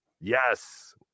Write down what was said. yes